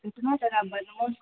एतना जादा बच्चा